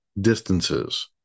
distances